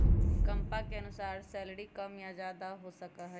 कम्मा के अनुसार सैलरी कम या ज्यादा हो सका हई